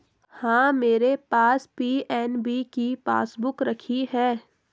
हाँ, मेरे पास पी.एन.बी की पासबुक रखी है